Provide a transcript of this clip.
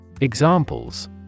Examples